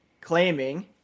claiming